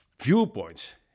viewpoints